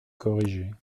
corriger